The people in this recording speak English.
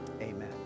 Amen